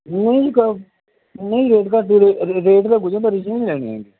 ਨਹੀਂ ਜੀ ਨਹੀਂ ਰੇਟ ਦਾ ਕੁਝ ਉਹ ਤਾਂ ਰੀਜਨਲ ਲੈਣੇ ਹੈਗੇ